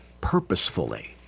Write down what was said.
purposefully